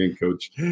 Coach